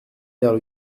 vers